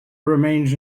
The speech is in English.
remains